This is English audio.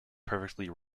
perfectly